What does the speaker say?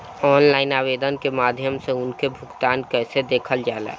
Online आवेदन के माध्यम से उनके भुगतान कैसे देखल जाला?